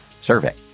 survey